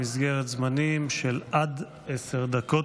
במסגרת זמנים של עד עשר דקות.